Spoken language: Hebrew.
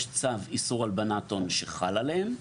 יש צו איסור הלבנת הון שחל עליהם.